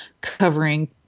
covering